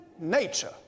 nature